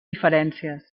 diferències